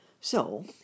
So